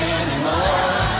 anymore